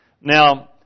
Now